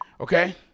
Okay